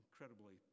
incredibly